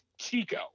Chico